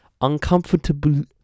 uncomfortable